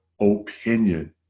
opinion